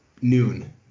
noon